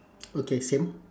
okay same